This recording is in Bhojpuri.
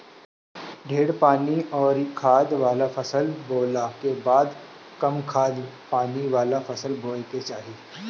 ढेर पानी अउरी खाद वाला फसल बोअला के बाद कम खाद पानी वाला फसल बोए के चाही